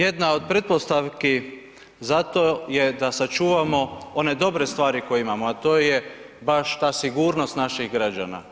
Jedna od pretpostavki za to je da sačuvamo one dobre stvari koje imamo, a to je baš ta sigurnost naših građana.